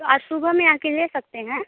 आज सुबह में आ कर ले सकते हैं